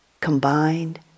combined